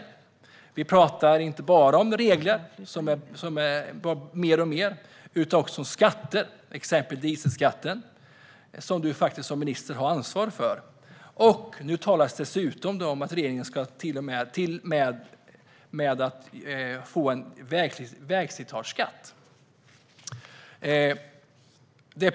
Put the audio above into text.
Det handlar inte bara om fler och fler regler utan också om skatter. Det gäller exempelvis dieselskatten, som du som minister har ansvar för. Nu talas det dessutom om att regeringen ska införa en vägslitageskatt.